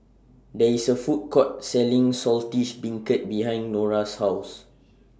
There IS A Food Court Selling Saltish Beancurd behind Norah's House